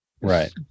Right